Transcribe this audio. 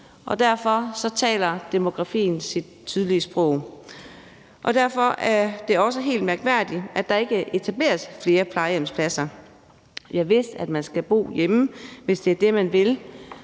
og derfor taler demografien sit tydelige sprog. Derfor er det også helt mærkværdigt, at der ikke etableres flere plejehjemspladser. Javist, man skal bo hjemme, hvis det er det, man vil,